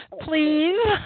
Please